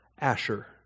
Asher